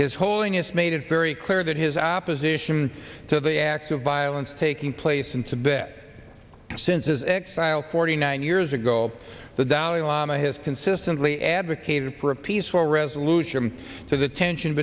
his holiness made it very clear that his opposition to the acts of violence taking place in tibet and since his exile forty nine years ago the dalai lama has consistently advocated for a peaceful resolution to the tension